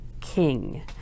King